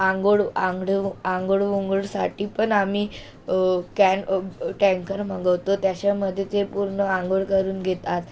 अंघोळ अंगडव अंघोळ वंघोळीसाठी पण आम्ही कॅन टँकर मागवतो त्याच्यामध्ये ते पूर्ण अंघोळ करून घेतात